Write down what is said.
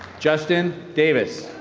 justin davis.